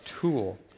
tool